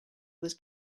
was